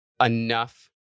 enough